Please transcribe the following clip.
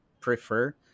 prefer